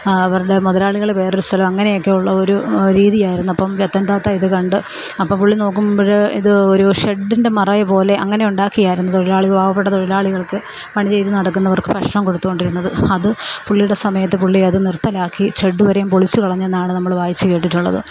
അവരുടെ മുതലാളികൾ വേറൊരു സ്ഥലം അങ്ങനെയൊക്കെയുള്ള ഒരു രീതിയായിരുന്നപ്പം രത്തൻ ടാറ്റ ഇതു കണ്ടു അപ്പം പുള്ളി നോക്കുമ്പോൾ ഇത് ഒരു ഷെഡ്ഡിൻ്റെ മറയ പോലെ അങ്ങനെ ഉണ്ടാക്കിയായിരുന്നു തൊഴിലാളി പാവപ്പെട്ട തൊഴിലാളികൾക്ക് പണി ചെയ്തു നടക്കുന്നവർക്ക് ഭക്ഷണം കൊടുത്തു കൊണ്ടിരുന്നത് അത് പുള്ളിയുടെ സമയത്ത് പുള്ളിയത് നിർത്തലാക്കി ഷെഡ്ഡുവരെയും പൊളിച്ചു കളഞ്ഞെന്നാണ് നമ്മൾ വായിച്ചു കേട്ടിട്ടുള്ളത്